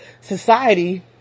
society